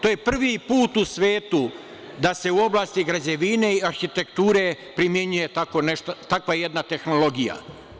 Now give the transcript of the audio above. To je prvi put u svetu da se u oblasti građevine i arhitekture primenjuje takva jedna tehnologija.